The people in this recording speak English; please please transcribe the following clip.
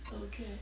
Okay